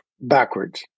backwards